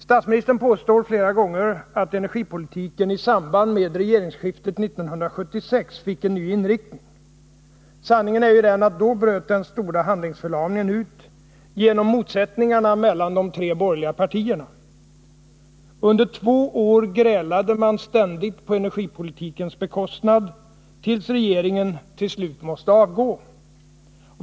Statsministern påstår flera gånger att energipolitiken i samband med regeringsskiftet 1976 fick en ny inriktning. Sanningen är ju den att då bröt den stora handlingsförlamningen ut, genom motsättningarna mellan de tre borgerliga partierna. Under två år grälade man ständigt, på energipolitikens bekostnad, tills regeringen till slut måste avgå.